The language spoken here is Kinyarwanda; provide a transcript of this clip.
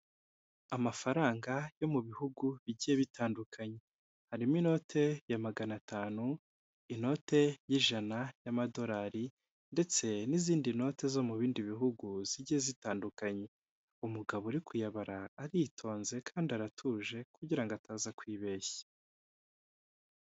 Amafaranga yo mu bihugu bigiye bitandukanye. Harimo inote ya magana atanu, inote y'ijana y'amadolari ndetse n'izindi note zo mu bindi bihugu zijye zitandukanye, umugabo uri kuyabara aritonze kandi aratuje kugira ngo ataza kwibeshya.